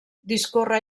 discorre